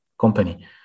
company